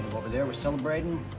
over there, we're celebrating,